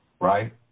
Right